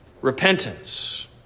repentance